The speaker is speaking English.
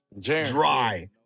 dry